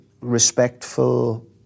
respectful